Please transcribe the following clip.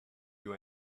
you